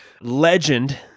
Legend